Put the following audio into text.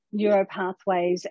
neuropathways